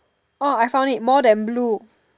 orh I found it more than blue